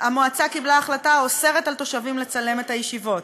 המועצה קיבלה החלטה האוסרת על התושבים לצלם את הישיבות,